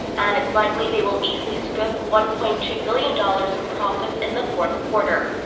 and it's likely they will easily scoop one-point-two billion dollars in profits in the fourth quarter.